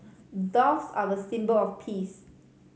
doves are a symbol of peace